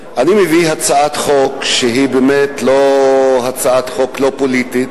אני מביא הצעת חוק שהיא באמת הצעת חוק לא פוליטית